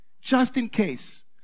Just-in-case